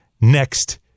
next